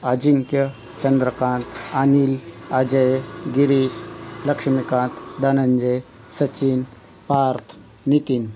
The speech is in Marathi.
अजिंक्य चंद्रकांत अनिल अजय गिरीश लक्ष्मीकांत धनंजय सचिन पार्थ नितीन